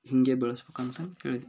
ಹೀಗೆ ಬೆಳೆಸ್ಬೇಕಂತ